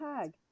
tag